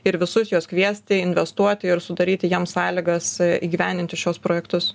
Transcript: ir visus juos kviesti investuoti ir sudaryti jiem sąlygas įgyvendinti šiuos projektus